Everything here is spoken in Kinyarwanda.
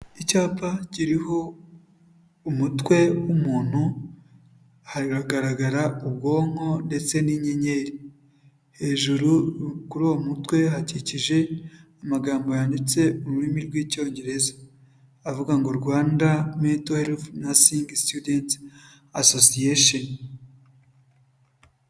Icyapa kiriho umutwe w'umuntu hagaragara ubwonko ndetse n'inyenyeri hejuru kuri uwo mutwe hakikije amagambo yanditse ururimi rw'icyongereza avuga ngo Rwanda mento herifu heth nasingi situdenti asosiyesheni.